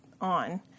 on